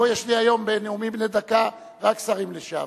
פה יש לי היום, בנאומים בני דקה, רק שרים לשעבר.